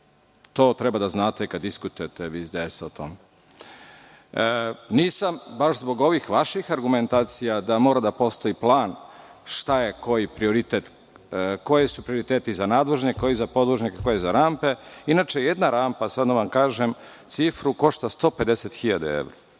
To treba da znate kada diskutujete vi iz DS o tome. Nisam baš zbog ovih vaših argumentacija - da mora da postoji plan šta je koji prioritet, koji su prioriteti za nadvožnjak, koji za podvožnjak, koji za rampe. Inače, jedna rampa, samo da vam kažem cifru, košta 150.000 evra.